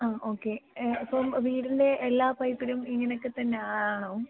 ആ ഓക്കെ ഇപ്പം വീടിൻ്റെ എല്ലാ പൈപ്പിലും ഇങ്ങനെയൊക്കെ തന്നെ ആണോ